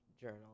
journal